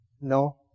No